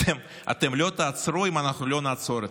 אתם לא תעצרו אם אנחנו לא נעצור אתכם,